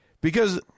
Because-